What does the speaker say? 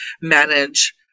manage